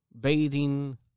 bathing